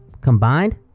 combined